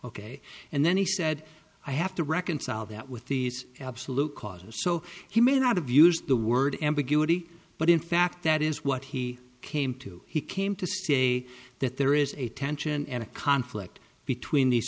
ok and then he said i have to reconcile that with these absolute causes so he may not have used the word ambiguity but in fact that is what he came to he came to say that there is a tension and a conflict between these